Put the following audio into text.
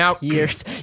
Years